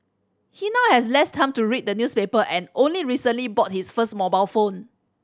he now has less time to read the newspaper and only recently bought his first mobile phone